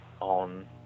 on